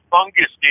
Fungus